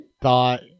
thought